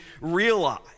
realize